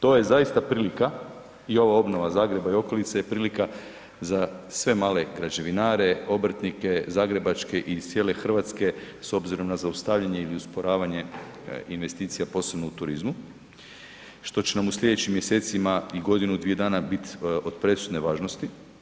To je zaista prilika i ova obnova Zagreba i okolice je prilika za sve male građevinare, obrtnike zagrebačke i iz cijele Hrvatske s obzirom na zaustavljanje ili usporavanje investicija, posebno u turizmu što će nam u sljedećim mjesecima i godinu, dvije dana biti od presudne važnosti.